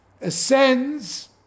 ascends